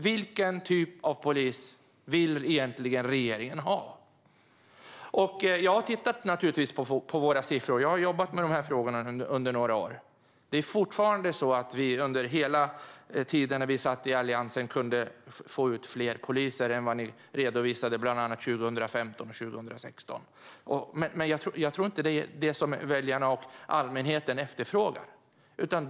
Vilken typ av polis vill regeringen egentligen ha? Jag har naturligtvis tittat på våra siffror. Jag har jobbat med dessa frågor under några år. Vi i Alliansen kunde, under hela den tid vi satt, få ut fler poliser än vad ni redovisade bland annat 2015 och 2016. Men jag tror inte att det är detta väljarna och allmänheten efterfrågar.